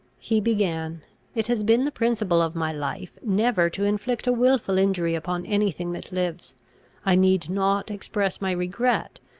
he began it has been the principle of my life, never to inflict a wilful injury upon any thing that lives i need not express my regret,